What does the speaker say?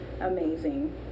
amazing